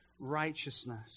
righteousness